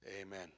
amen